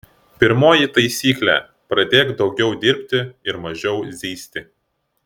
pirmoji taisyklė pradėk daugiau dirbti ir mažiau zyzti